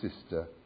sister